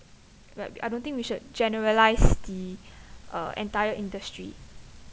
like I don't think we should generalize the uh entire industry